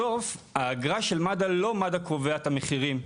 בסוף, האגרה של מד"א, לא מד"א קובע את המחירים.